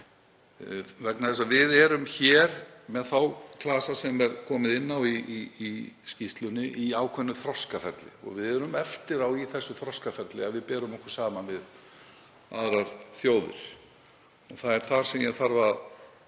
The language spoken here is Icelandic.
vegna þess að við erum hér með klasana, sem komið er inn á í skýrslunni, í ákveðnu þroskaferli og við erum eftir á í því þroskaferli ef við berum okkur saman við aðrar þjóðir. Það er það sem ég þarf að